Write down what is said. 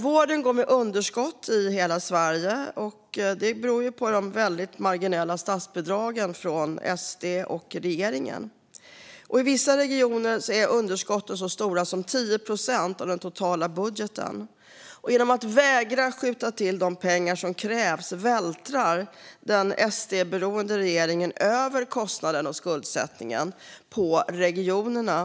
Vården går med underskott i hela Sverige. Detta beror på de väldigt marginella statsbidragen från SD och regeringen. I vissa regioner är underskotten så stora som 10 procent av den totala budgeten. Genom att vägra skjuta till de pengar som krävs vältrar den SD-beroende regeringen över kostnaderna och skuldsättningen på regionerna.